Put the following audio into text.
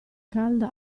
calda